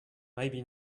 maybe